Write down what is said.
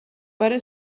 para